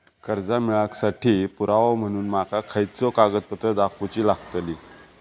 कर्जा मेळाक साठी पुरावो म्हणून माका खयचो कागदपत्र दाखवुची लागतली?